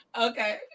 Okay